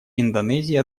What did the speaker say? индонезии